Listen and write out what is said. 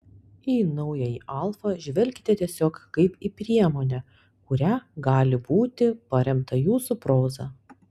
į naująjį alfa žvelkite tiesiog kaip į priemonę kuria gali būti paremta jūsų proza